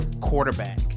quarterback